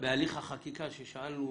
בהליך החקיקה ששאלנו